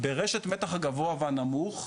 ברשת מתח הגבוה והנמוך,